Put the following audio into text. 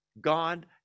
God